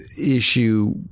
issue